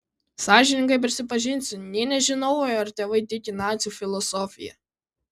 sąžiningai prisipažinsiu nė nežinojau ar tėvai tiki nacių filosofija